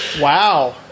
Wow